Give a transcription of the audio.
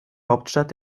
hauptstadt